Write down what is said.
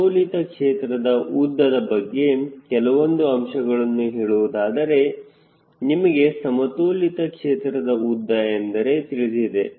ಸಮತೋಲಿತ ಕ್ಷೇತ್ರದ ಉದ್ದದ ಬಗ್ಗೆ ಕೆಲವೊಂದು ಅಂಶಗಳನ್ನು ಹೇಳುವುದಾದರೆ ನಿಮಗೆ ಸಮತೋಲಿತ ಕ್ಷೇತ್ರದ ಉದ್ದ ಎಂದರೆ ತಿಳಿದಿದೆ